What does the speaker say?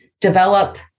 develop